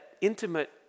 intimate